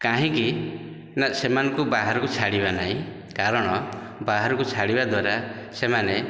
କାହିଁକି ନା ସେମାନଙ୍କୁ ବାହାରକୁ ଛାଡ଼ିବା ନାହିଁ କାରଣ ବାହାରକୁ ଛାଡ଼ିବା ଦ୍ୱାରା ସେମାନେ